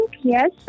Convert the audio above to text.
yes